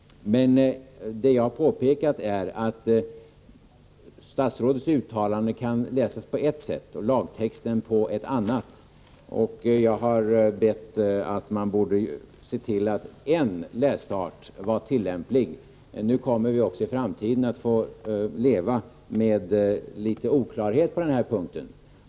Men vad jag påpekat är att statsrådets uttalande kan läsas på ett sätt och lagtexten på ett annat. Jag har bett att man skall se till att en läsart blir tillämplig. Nu kommer vi också i framtiden att få leva med litet av oklarhet på den här punkten.